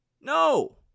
No